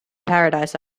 paradise